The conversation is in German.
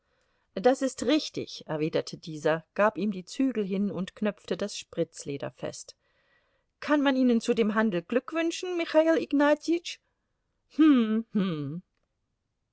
das ist richtig erwiderte dieser gab ihm die zügel hin und knöpfte das spritzleder fest kann man ihnen zu dem handel glück wünschen michail